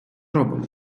робимо